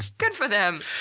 good for them!